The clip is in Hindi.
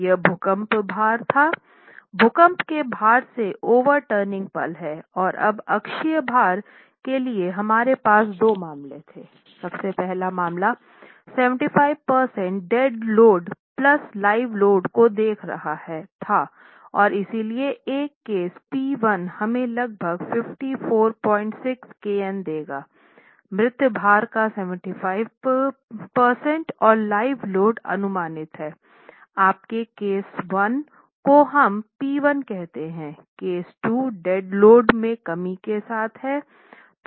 वह भूकंप भार था भूकंप के भार से ओवर टर्निंग पल हैं और अब अक्षीय भार के लिए हमारे पास दो मामले थे सबसे पहला मामला 75 प्रतिशत dead load plus live load को देख रहा था और इसलिए एक केस P 1 हमें लगभग 546 kN देगा मृत भार का 75 प्रतिशत और लाइव लोड अनुमानित है आपके केस 1 को हम P 1 कहते हैं केस 2 डेड लोड में कमी के साथ हैं